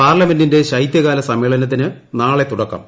പാർലമെന്റിന്റെ ശൈതൃകാലുസ്മ്മേളനത്തിന് നാളെ തുടക്കം